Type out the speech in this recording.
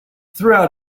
throughout